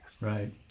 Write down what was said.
right